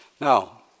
Now